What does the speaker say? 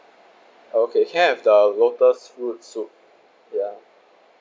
okay can I have the lotus roots soup ya